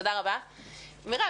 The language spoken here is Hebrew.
מרב,